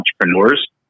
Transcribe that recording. entrepreneurs